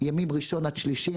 ימים ראשון עד שלישי,